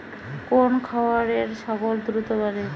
কোন খাওয়ারে ছাগল দ্রুত বাড়ে?